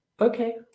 Okay